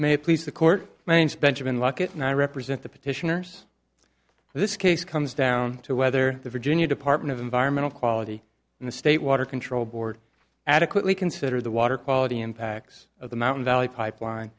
may please the court means benjamin lockett and i represent the petitioners this case comes down to whether the virginia department of environmental quality and the state water control board adequately consider the water quality impacts of the mountain valley pipeline